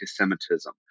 anti-Semitism